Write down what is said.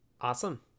Awesome